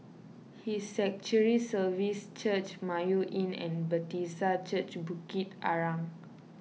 His Sanctuary Services Church Mayo Inn and Bethesda Church Bukit Arang